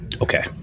Okay